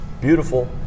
beautiful